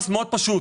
פשוט.